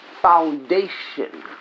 foundation